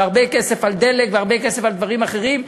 הרבה כסף על דלק והרבה כסף על דברים אחרים,